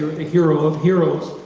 the hero of heroes,